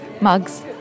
mugs